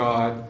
God